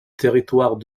territoire